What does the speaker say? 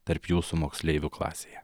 tarp jūsų moksleivių klasėje